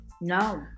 no